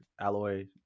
alloy